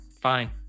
Fine